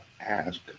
ask